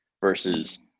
versus